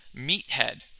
meathead